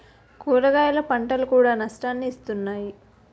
కూరగాయల పంటలు కూడా నష్టాన్ని ఇస్తున్నాయి